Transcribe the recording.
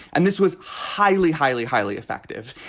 and this was highly highly highly effective.